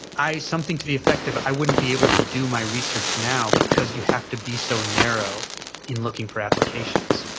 something to the effect of, i wouldn't be able to do my research now because you have to be so narrow in looking for applications.